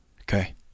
Okay